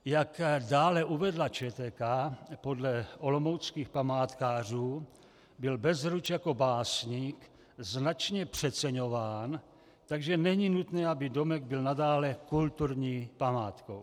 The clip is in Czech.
Jak dále uvedla ČTK, podle olomouckých památkářů byl Bezruč jako básník značně přeceňován, takže není nutné, aby domek byl nadále kulturní památkou.